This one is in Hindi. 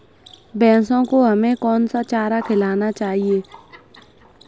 भैंसों को हमें कौन सा चारा खिलाना चाहिए?